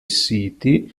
siti